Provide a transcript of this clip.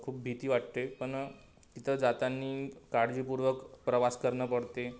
खूप भीती वाटते पण तिथं जाताना काळजीपूर्वक प्रवास करणं पडते